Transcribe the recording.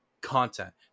content